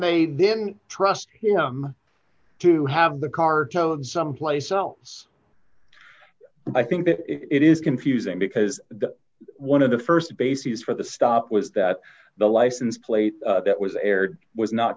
they then trust him to have the car towed someplace else i think it is confusing because one of the st bases for the stop was that the license plate that was aired was not